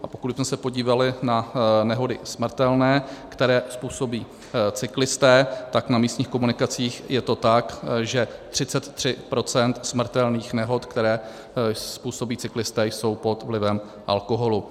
A pokud bychom se podívali na nehody smrtelné, které způsobí cyklisté, tak na místních komunikacích je to tak, že 33 % smrtelných nehod, které způsobí cyklisté, jsou pod vlivem alkoholu.